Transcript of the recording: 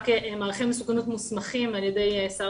רק מעריכי מסוכנות מוסמכים על ידי שר